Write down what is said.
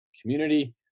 community